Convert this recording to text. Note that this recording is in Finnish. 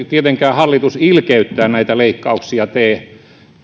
tietenkään hallitus ilkeyttään näitä leikkauksia tee